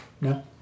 No